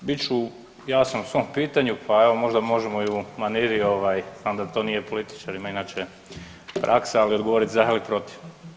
Bit ću jasan u svom pitanju, pa evo možda možemo i u maniri znam da to nije političarima inače praksa, ali odgovoriti za ili protiv.